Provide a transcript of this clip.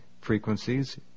frequencies